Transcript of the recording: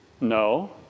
No